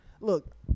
Look